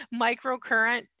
microcurrent